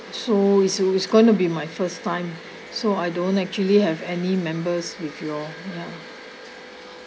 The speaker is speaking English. so it's it's going to be my first time so I don't actually have any members with you all yeah